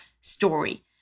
story